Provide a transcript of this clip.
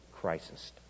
crisis